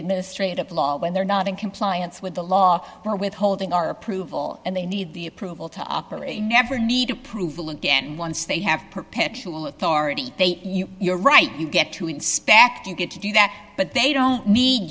administrative law when they're not in compliance with the law for withholding our approval and they need the approval to operate you never need approval again once they have perpetual authority they you're right you get to inspect you get to do that but they don't need